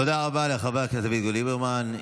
תודה רבה לחבר הכנסת אביגדור ליברמן.